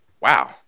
Wow